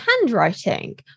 handwriting